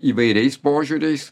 įvairiais požiūriais